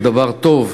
על דבר טוב.